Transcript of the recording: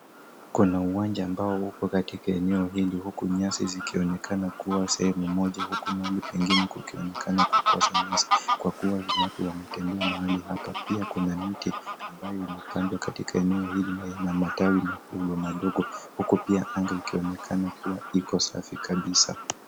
Kuna uwanja ambao uko katika sehemu hili huku nyasi zikionekana kuwa sehemu moja huku mahali pengine kukionekana kukosa nyasi kwa kuwa watu wametembea mahali hapa pia kuna miti ambayo imepandwa katika eneo hili na ina matawi madogo madogo huku pia anga ikionekana kuwa safi kabisa.